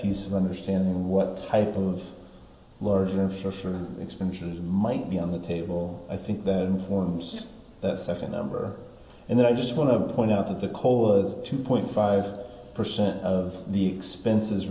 piece of understanding what type of large refreshment expansion might be on the table i think that forms the second number and then i just want to point out that the cole was two point five percent of the expenses